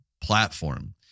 platform